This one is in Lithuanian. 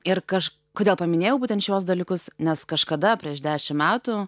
ir aš kodėl paminėjau būtent šiuos dalykus nes kažkada prieš dešim metų